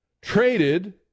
traded